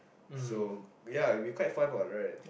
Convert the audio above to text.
so ya it'll be quite fun what right